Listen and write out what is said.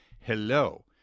hello